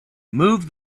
move